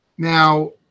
Now